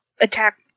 attack